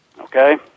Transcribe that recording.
Okay